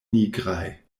nigraj